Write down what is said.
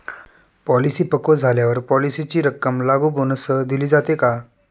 Policy पक्व झाल्यावर पॉलिसीची रक्कम लागू बोनससह दिली जाते का?